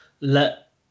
let